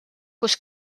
kus